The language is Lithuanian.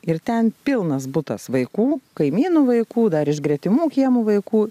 ir ten pilnas butas vaikų kaimynų vaikų dar iš gretimų kiemų vaikų